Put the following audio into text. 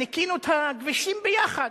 ניקינו את הכבישים ביחד.